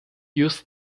use